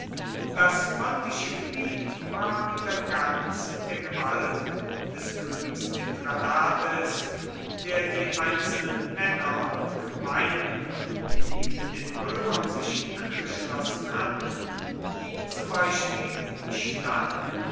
das pontische gebiet war wieder ganz in der gewalt des königs mithradates der die einzelnen männer und gemeinden die den römern sich angeschlossen hatten wie zum beispiel die stadt